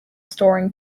storing